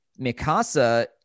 Mikasa